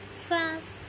fast